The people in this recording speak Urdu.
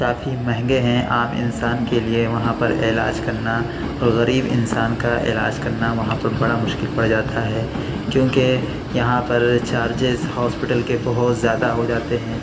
کافی مہنگے ہیں عام انسان کے لیے وہاں پر علاج کرنا غریب انسان کا علاج کرنا وہاں پہ بڑا مشکل پڑ جاتا ہے کیونکہ یہاں پر چارجز ہاسپیٹل کے بہت زیادہ ہو جاتے ہیں